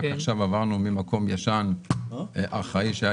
רק עכשיו עברנו ממקום ישן ארכאי שהיה